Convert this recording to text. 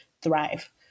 thrive